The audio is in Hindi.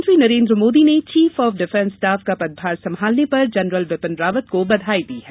प्रधानमंत्री नरेन्द्र मोदी ने चीफ ऑफ डिफेंस स्टाफ का पदभार संभालने पर जनरल बिपिन रावत को बधाई दी है